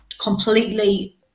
completely